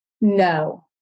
No